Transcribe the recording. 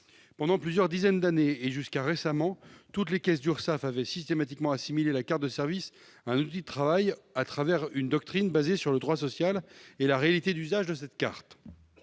Pendant plusieurs dizaines d'années, et jusqu'à récemment, toutes les caisses d'Urssaf avaient systématiquement assimilé la carte de service à un outil de travail au travers d'une doctrine fondée sur le droit social et la réalité d'usage de cette carte.